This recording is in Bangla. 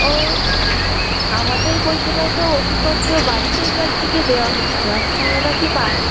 ও আমাদের পরিষেবায় তো ওষুধপত্র বাড়িতে বাড়িতে গিয়ে দেওয়া হচ্ছে আপনারা কি পান